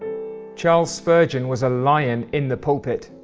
charles spurgeon was a lion in the pulpit.